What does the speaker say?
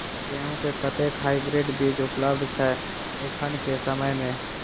गेंहूँ केँ कतेक हाइब्रिड बीज उपलब्ध छै एखन केँ समय मे?